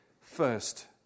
first